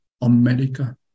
America